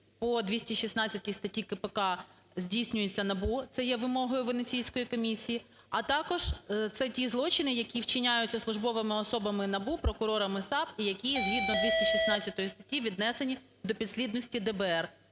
по 216 статті КПК здійснюється НАБУ, це є вимогою Венеційської комісії. А також це ті злочини, які вчиняються службовими особами НАБУ, прокурорами САП і які згідно 216 статті віднесені до підслідності ДБР.